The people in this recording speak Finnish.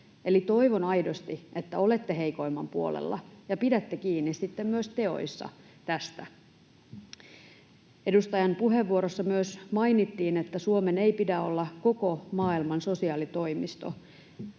Eli toivon aidosti, että olette heikoimman puolella ja pidätte kiinni tästä sitten myös teoissa. Edustajan puheenvuorossa myös mainittiin, että Suomen ei pidä olla koko maailman sosiaalitoimisto.